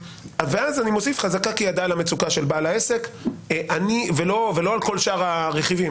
אז אני מוסיף חזקה כי ידע על המצוקה של בעל העסק ולא על כל שאר הרכיבים.